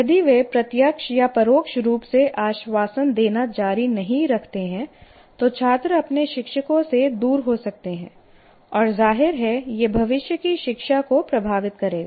यदि वे प्रत्यक्ष या परोक्ष रूप से आश्वासन देना जारी नहीं रखते हैं तो छात्र अपने शिक्षकों से दूर हो सकते हैं और जाहिर है यह भविष्य की शिक्षा को प्रभावित करेगा